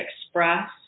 express